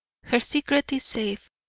her secret is safe,